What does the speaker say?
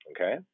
okay